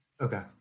okay